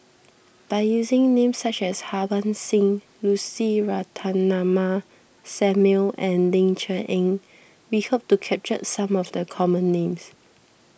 by using names such as Harbans Singh Lucy Ratnammah Samuel and Ling Cher Eng we hope to capture some of the common names